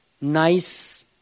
nice